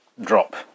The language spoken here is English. drop